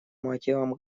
мотивам